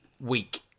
week